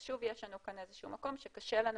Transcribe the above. אז שוב יש לנו כאן איזה שהוא מקום שקשה לנו